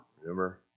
Remember